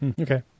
Okay